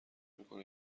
میکنه